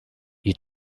you